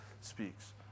speaks